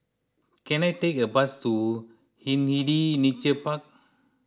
can I take a bus to Hindhede Nature Park